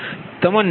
5j5 1j10 0